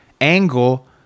angle